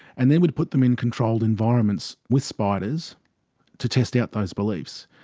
and then we'd put them in controlled environments with spiders to test out those beliefs.